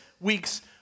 week's